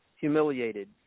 humiliated